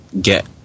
get